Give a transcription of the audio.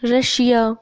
Russia